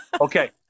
okay